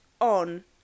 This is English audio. on